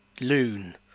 loon